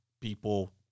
people